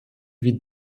wie